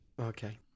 Okay